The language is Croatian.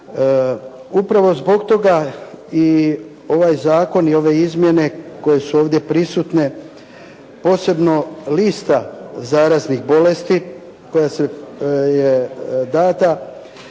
Upravo zbog toga i ovaj zakon i ove izmjene koje su ovdje prisutne posebno lista zaraznih bolesti koja je dana